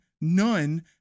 none